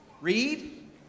Read